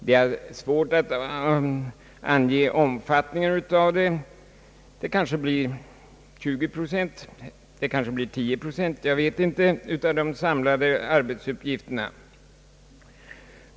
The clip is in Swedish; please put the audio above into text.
Det är svårt att ange omfattningen därav — det kanske blir 20 procent, det kanske blir bara 10 procent av de samlade arbetsuppgifterna.